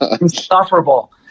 insufferable